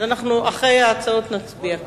אחרי ההצעות נצביע.